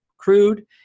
crude